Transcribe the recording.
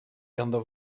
ganddo